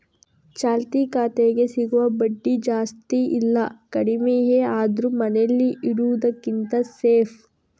ಚಾಲ್ತಿ ಖಾತೆಗೆ ಸಿಗುವ ಬಡ್ಡಿ ಜಾಸ್ತಿ ಇಲ್ಲ ಕಡಿಮೆಯೇ ಆದ್ರೂ ಮನೇಲಿ ಇಡುದಕ್ಕಿಂತ ಸೇಫ್